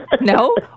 No